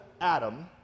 Adam